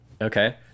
Okay